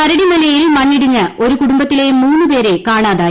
കരടിമലയിൽ മണ്ണിടിഞ്ഞ് ഒരു കുടുംബത്തിലെ മൂന്ന് പേരെ കാണാതായി